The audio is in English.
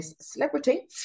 celebrity